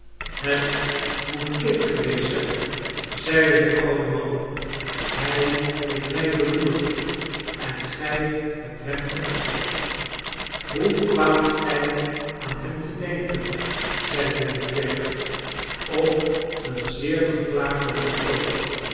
het moet kit geweest zijn zeide de oude man hij heeft mij beloerd en gij hebt hem omgekocht hoe kwaamt gij aan hem te denken zeide de dwerg op een zeer beklagelijken toon